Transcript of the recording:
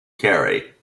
kerry